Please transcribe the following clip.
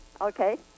Okay